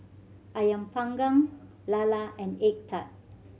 Ayam Panggang lala and egg tart